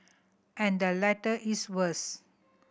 and the latter is worse